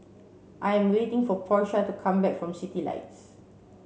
I am waiting for Portia to come back from Citylights